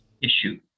issue